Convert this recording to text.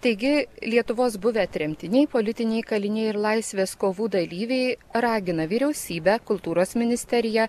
taigi lietuvos buvę tremtiniai politiniai kaliniai ir laisvės kovų dalyviai ragina vyriausybę kultūros ministeriją